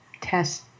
test